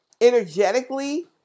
energetically